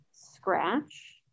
scratch